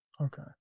Okay